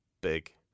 big